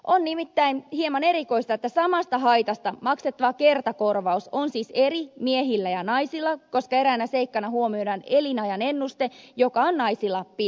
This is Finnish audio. on nimittäin hieman erikoista että samasta haitasta maksettava kertakorvaus on siis eri miehillä ja naisilla koska eräänä seikkana huomioidaan elinajanennuste joka on naisilla pidempi